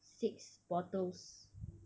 six bottles